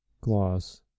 Gloss